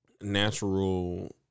natural